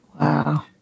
Wow